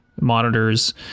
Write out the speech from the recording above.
monitors